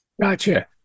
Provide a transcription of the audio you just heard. Gotcha